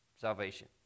salvation